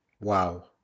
Wow